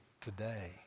today